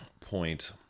point